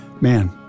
man